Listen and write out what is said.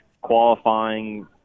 qualifying